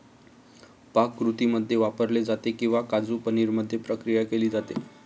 पाककृतींमध्ये वापरले जाते किंवा काजू पनीर मध्ये प्रक्रिया केली जाते